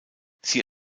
sie